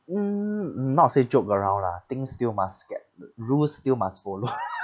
mm mm not say joke around lah things still must get the rules still must follow